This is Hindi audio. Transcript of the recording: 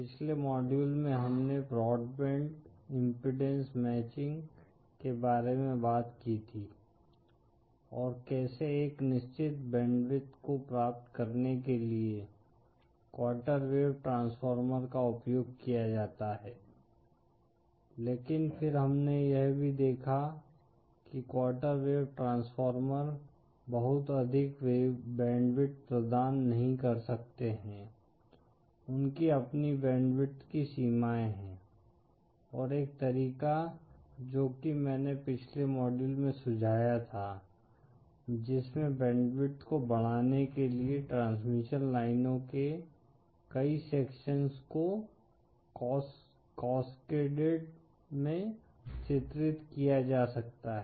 पिछले मॉड्यूल में हमने ब्रॉडबैंड इम्पीडेन्स मैचिंग के बारे में बात की थी और कैसे एक निश्चित बैंडविड्थ को प्राप्त करने के लिए क्वार्टर वेव ट्रांसफार्मर का उपयोग किया जाता है लेकिन फिर हमने यह भी देखा कि क्वार्टर वेव ट्रांसफॉर्मर बहुत अधिक बैंडविड्थ प्रदान नहीं कर सकते हैं उनकी अपनी बैंडविड्थ की सीमाएं हैं और एक तरीका जो कि मैने पिछले मॉड्यूल में सुझाया था जिसमे बैंडविड्थ को बढ़ाने के लिए ट्रांसमिशन लाइनों के कई सेक्शंस को कास्केडेड में चित्रित किया जा सकता है